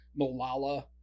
Malala